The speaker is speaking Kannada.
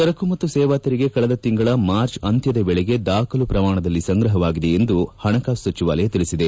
ಸರಕು ಮತ್ತು ಸೇವಾ ತೆರಿಗೆ ಕಳೆದ ತಿಂಗಳ ಮಾರ್ಚ್ ಅಂತ್ನದ ವೇಳೆಗೆ ದಾಖಲು ಪ್ರಮಾಣದಲ್ಲಿ ಸಂಗ್ರಹವಾಗಿದೆ ಎಂದು ಹಣಕಾಸು ಸಚಿವಾಲಯ ತಿಳಿಸಿದೆ